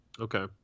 Okay